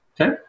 Okay